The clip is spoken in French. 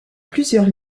plusieurs